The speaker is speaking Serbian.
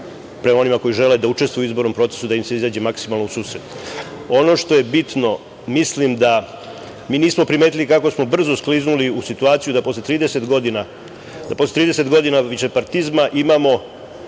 prema onima koji žele da učestvuju u izbornom procesu da im se izađe maksimalno u susret. Ono što je bitno, mislim da nismo primetili kako smo brzo skliznuli u situaciju da posle 30 godina višepartizma imamo